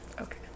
Okay